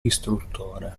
istruttore